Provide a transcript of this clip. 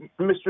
Mr